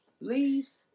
Leaves